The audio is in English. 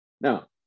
now